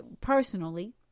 personally